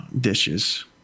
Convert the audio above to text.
dishes